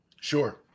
Sure